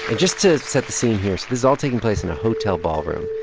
and just to set the scene here so this is all taking place in a hotel ballroom.